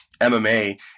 mma